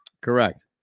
Correct